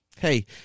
Hey